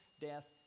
death